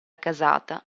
casata